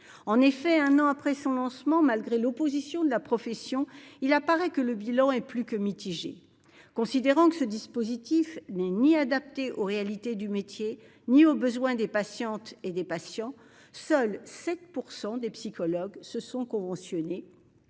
de loi. Un an après son lancement, malgré l'opposition de la profession, son bilan est plus que mitigé. Considérant que ce dispositif n'est adapté ni aux réalités du métier ni aux besoins des patientes et des patients, seulement 7 % des psychologues se sont conventionnés